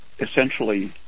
essentially